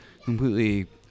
completely